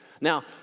Now